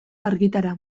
argitara